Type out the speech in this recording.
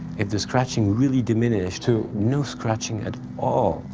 if the scratching really diminished to no scratching at all.